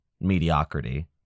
mediocrity